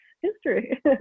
history